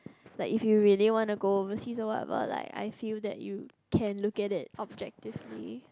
like if you really want to go overseas or what but like I feel that you can look at it objectively